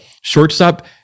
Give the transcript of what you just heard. shortstop